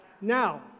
Now